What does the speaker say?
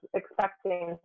expecting